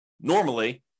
normally